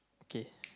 okay